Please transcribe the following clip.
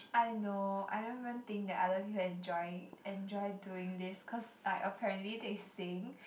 I know I don't even think that other people enjoy enjoy doing this cause like apparently they sing